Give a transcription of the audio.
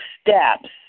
steps